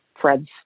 Fred's